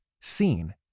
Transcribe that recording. seen